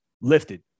lifted